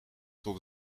tot